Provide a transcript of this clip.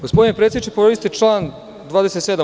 Gospodine predsedniče, povredili ste član 27.